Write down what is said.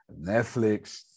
Netflix